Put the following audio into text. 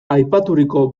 aipaturiko